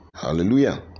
hallelujah